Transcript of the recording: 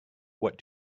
what